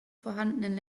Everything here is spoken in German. vorhandenen